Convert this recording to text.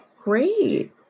great